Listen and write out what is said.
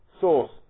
source